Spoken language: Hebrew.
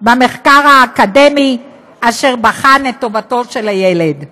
במחקר האקדמי אשר בחן את טובתו של הילד.